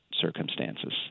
circumstances